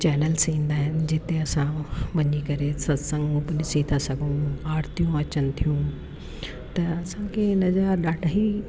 channels ईंदा आहिनि जिते असां वञी करे सत्संग बि ॾिसी था सघूं आरतियूं अचनि थियूं त असांखे हिन जा ॾाढा ई